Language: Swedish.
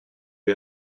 att